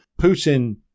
Putin